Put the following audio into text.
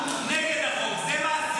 מעשים, אני --- די כבר.